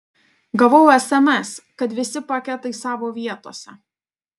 gavau sms kad visi paketai savo vietose